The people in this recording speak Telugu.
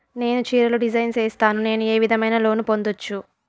నేను చీరలు డిజైన్ సేస్తాను, నేను ఏ విధమైన లోను పొందొచ్చు